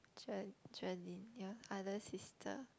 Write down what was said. your other sister